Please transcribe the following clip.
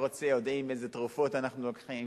רוצה יודעים איזה תרופות אנחנו לוקחים,